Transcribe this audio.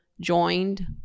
joined